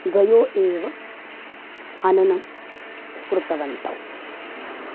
द्वयोः एव हननं कृतवन्तौ